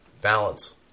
balance